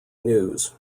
news